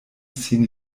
sin